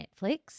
Netflix